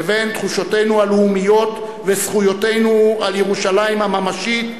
לבין תחושותינו הלאומיות וזכויותינו על ירושלים הממשית,